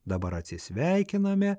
dabar atsisveikiname